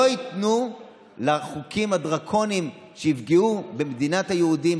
לא ייתנו לחוקים הדרקוניים לפגוע במדינת היהודים,